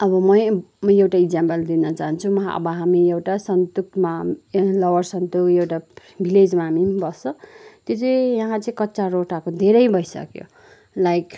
अब म यो म एउटा इक्जामपल दिन चहान्छु म अब हामी एउटा सन्तुकमा लोवर सन्तुक एउटा भिलेजमा हामी पनि बस्छ त्यो चाहिँ यहाँ चाहिँ कच्चा रोड आएको धेरै भइसक्यो लाइक